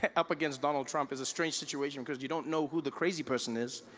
and up against donald trump is a strange situation because you don't know who the crazy person is